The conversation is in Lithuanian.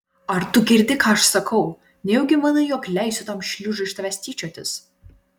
ar tu girdi ką aš sakau nejaugi manai jog leisiu tam šliužui iš tavęs tyčiotis